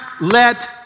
let